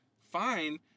fine